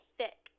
thick